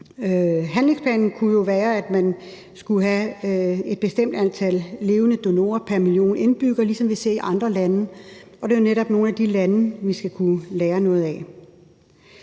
Handlingsplanen kunne jo være, at man skulle have et bestemt antal levende donorer pr. million indbyggere, ligesom vi ser i andre lande, og det er jo netop nogle af de lande, vi skal kunne lære noget af.